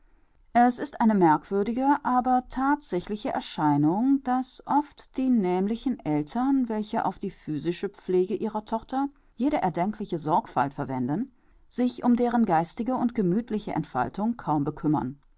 es ist eine merkwürdige aber thatsächliche erscheinung daß oft die nämlichen eltern welche auf die physische pflege ihrer tochter jede erdenkliche sorgfalt verwenden sich um deren geistige und gemüthliche entfaltung kaum bekümmern